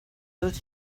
that